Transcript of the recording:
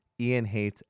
IanHates